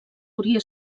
hauria